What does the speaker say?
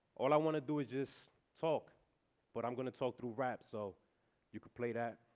all i want to do is just talk but i'm going to talk to rap so you can play that.